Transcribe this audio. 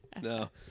No